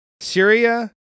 Syria